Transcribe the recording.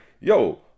yo